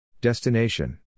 Destination